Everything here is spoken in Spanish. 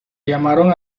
llamaron